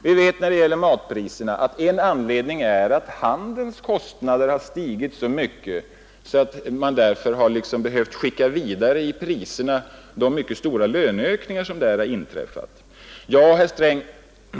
En av anledningarna till att matpriserna stigit är att handelns kostnader har stigit mycket kraftigt; man har så att säga tvingats skicka vidare i priserna de mycket stora löneökningarna inom handeln.